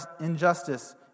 injustice